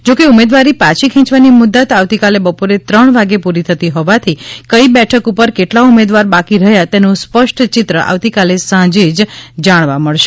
જોકે ઉમેદવારી પાછી ખેંચવાની મુદત્ત આવતીકાલે બપોરે ત્રણ વાગ્યે પૂરી થતી હોવાથી કઇ બેઠક પર કેટલા ઉમેદવાર બાકી રહ્યા તેનું સ્પષ્ટ ચિત્ર આવતીકાલે સાંજે જ જાણવા મળશે